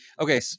Okay